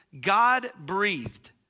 God-breathed